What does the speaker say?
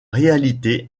réalité